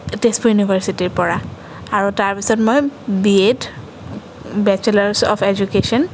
তেজপুৰ ইউনিভাৰ্ছিটিৰ পৰা আৰু তাৰপিছত মই B Ed bachelor of education